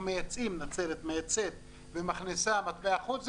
מייצאים נצרת מייצאת ומכניסה מטבע חוץ,